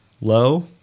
low